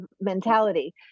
mentality